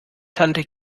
tante